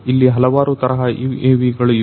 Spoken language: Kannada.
ಅಲ್ಲಿ ಹಲವಾರು ತರಹ UAV ಗಳು ಇವೆ